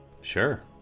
Sure